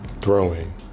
throwing